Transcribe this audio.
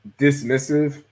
dismissive